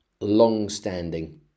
long-standing